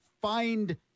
find